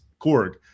Korg